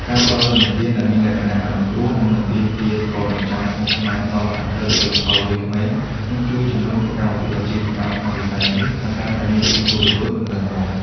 ការផ្ដល់ឥណទានដែលមានលក្ខណៈអនុគ្រោះ និងមិនទាមទារទ្រព្យបញ្ចាំស្មុគស្មាញដល់សហគ្រិនជលផលវ័យក្មេង នឹងជួយជំរុញសកម្មភាពអាជីវកម្មក្នុងវិស័យនេះឱ្យកាន់តែមានភាពរស់រវើក និងរឹងមាំ។